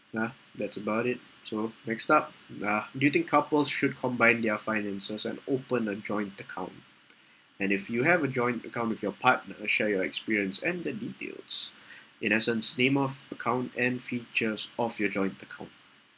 nah that's about it so next up uh do you think couples should combine their finances and open a joint account and if you have a joint account with your partner share your experience and the details in essence name of account and features of your joint account